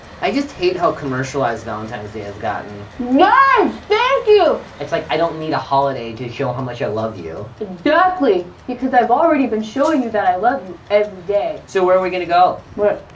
i just hate how commercialized valentine's day has gotten. yes, thank you! it's like, i don't need a holiday to show how much i love you. exactly! because i've already been showing you that i love you every day. so where are we gonna go? wait,